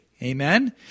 Amen